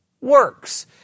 works